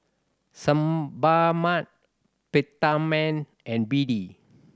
Sebamed Peptamen and B D